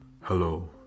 hello